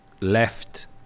left